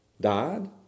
Died